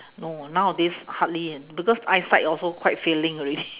no nowadays hardly because eyesight also quite failing already